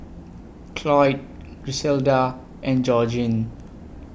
Cloyd Griselda and Georgeann